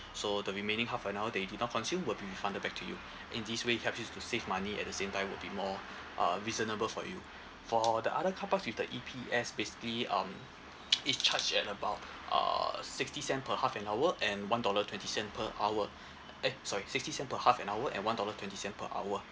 so the remaining half an hour that you do not consume will be refunded back to you in this way it helps you to save money at the same time will be more uh reasonable for you for the other carparks with the E_P_S basically um it's charged at about uh sixty cent per half an hour and one dollar twenty cent per hour eh sorry sixty cent per half an hour and one dollar twenty cent per hour